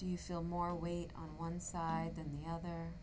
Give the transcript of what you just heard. do you feel more weight on one side than the other